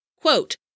quote